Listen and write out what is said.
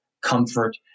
comfort